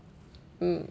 mm